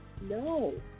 No